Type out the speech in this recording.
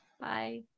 bye